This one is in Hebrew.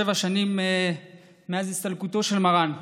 שבע שנים מאז הסתלקותו של מרן.